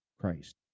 Christ